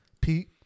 Pete